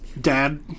dad